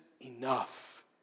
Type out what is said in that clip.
enough